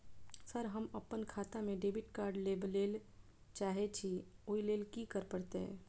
Sir हम अप्पन खाता मे डेबिट कार्ड लेबलेल चाहे छी ओई लेल की परतै?